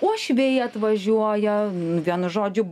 uošviai atvažiuoja vienu žodžiu